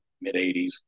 mid-80s